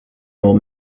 old